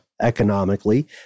economically